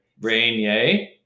Rainier